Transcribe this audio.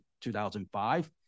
2005